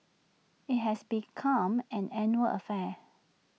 IT has become an annual affair